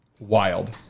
Wild